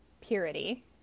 purity